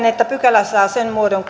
että pykälä saa sen muodon